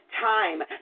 time